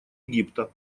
египта